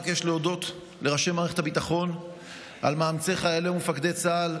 אבקש להודות לראשי מערכת הביטחון על מאמצי חיילי ומפקדי צה"ל,